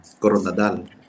Coronadal